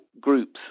groups